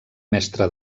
mestre